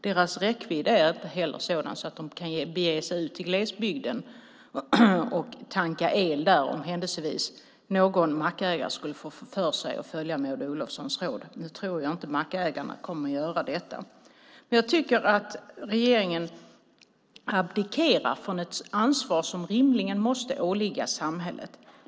Deras räckvidd är inte heller sådan att de kan bege sig ut i glesbygden och tanka el där om händelsevis någon mackägare skulle få för sig att följa Maud Olofssons råd. Nu tror jag inte att mackägarna kommer att göra detta. Jag tycker att regeringen abdikerar från ett ansvar som rimligen måste åligga samhället.